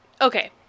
okay